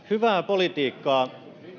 hyvää politiikkaa